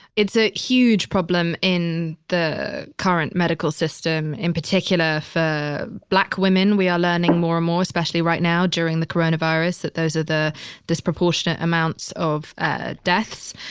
it's a huge problem in the current medical system, in particular for black women, we are learning more and more, especially right now during the coronavirus, that those are the disproportionate amounts of ah deaths.